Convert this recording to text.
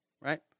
Right